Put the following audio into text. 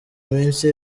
minsi